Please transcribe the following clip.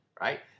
Right